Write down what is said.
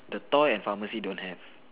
the toy and pharmacy don't have